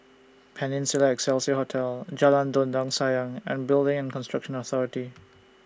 Peninsula Excelsior Hotel Jalan Dondang Sayang and Building and Construction Authority